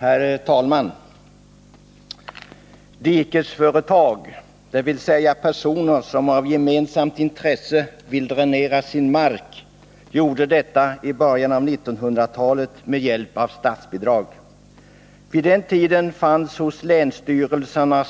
Herr talman! Dikningsföretag, dvs. sammanslutningar av personer som av gemensamt intresse vill dränera sin mark, erhöll i början av 1900-talet statsbidrag. Vid den tiden fanns hos länsstyrelserna